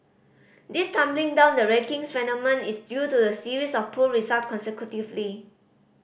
this tumbling down the rankings phenomenon is due to a series of poor result consecutively